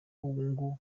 bihugu